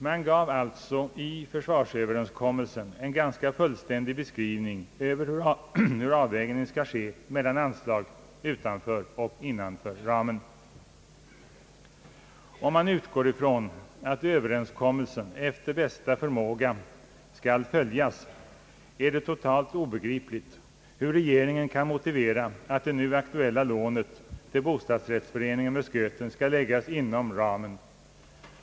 Man gav alltså i försvarsöverenskommelsen en ganska fullständig beskrivning över hur avvägningen skall ske mellan anslag utanför och innanför ramen. Utgår man ifrån att överenskom melsen efter bästa förmåga skall följas, är det totalt obegripligt hur regeringen kan motivera att det nu aktuella lånet till bostadsrättsföreningen Musköten skall läggas inom kostnadsramen.